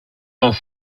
dans